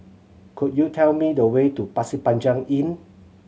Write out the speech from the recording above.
could you tell me the way to Pasir Panjang Inn